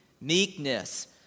meekness